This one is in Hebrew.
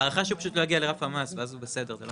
ההערכה שהוא פשוט לא יגיע לרף המס ואז הוא בסדר.